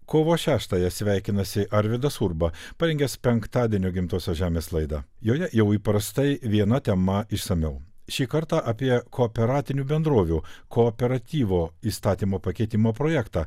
kovo šeštąją sveikinasi arvydas urba parengęs penktadienio gimtosios žemės laidą joje jau įprastai viena tema išsamiau šį kartą apie kooperatinių bendrovių kooperatyvo įstatymo pakeitimo projektą